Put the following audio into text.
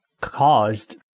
caused